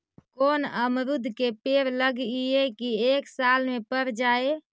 कोन अमरुद के पेड़ लगइयै कि एक साल में पर जाएं?